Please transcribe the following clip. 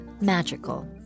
Magical